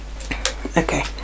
Okay